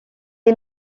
est